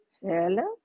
Hello